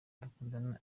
dukundana